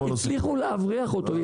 הצליחו להבריח אותו ,